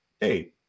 hey